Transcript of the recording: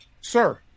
sir